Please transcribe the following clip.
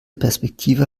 perspektive